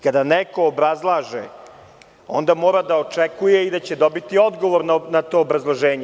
Kada neko obrazlaže, onda mora da očekuje i da će dobiti odgovor na to obrazloženje.